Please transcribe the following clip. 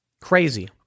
crazy